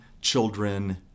children